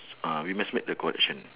ah we must make the correction